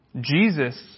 Jesus